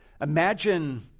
Imagine